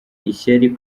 ishyari